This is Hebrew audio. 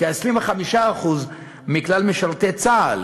כ-25% מכלל משרתי צה"ל,